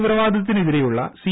തീവ്രവാദത്തിനെതിരെയുള്ള C